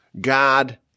God